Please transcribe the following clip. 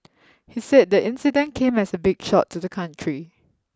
he said the incident came as a big shock to the country